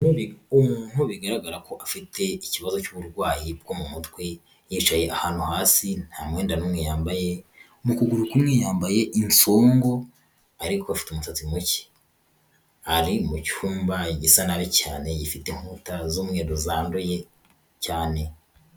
Umuntu bigaragara ko afite ikibazo cy'uburwayi bwo mu mutwe, yicaye ahantu hasi nta mwenda n'umwe yambaye, mu ukuguru kumwe yambaye incongu ariko afite umusatsi muke, ari mu cyumba gisa nabi cyane gifite inkuta z'umweru zanduye cyane.